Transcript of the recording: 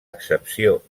excepció